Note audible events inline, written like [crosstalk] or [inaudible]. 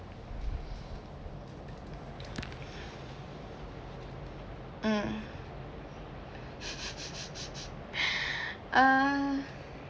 mm [laughs] [breath] uh